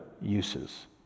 uses